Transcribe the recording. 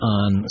on